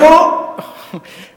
אני קוראת אותך לסדר פעם שנייה.